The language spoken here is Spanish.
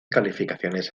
calificaciones